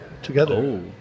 together